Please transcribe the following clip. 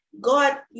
God